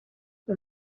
the